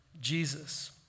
Jesus